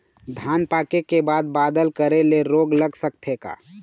धान पाके के बाद बादल करे ले रोग लग सकथे का?